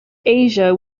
asia